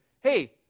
hey